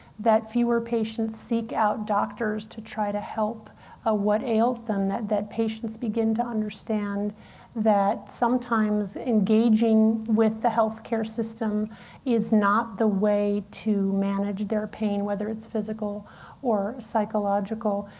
that fewer patients seek out doctors to try to help ah what ails them. that that patients begin to understand that sometimes engaging with the health care system is not the way to manage their pain, whether it's physical or psychological.